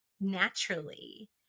naturally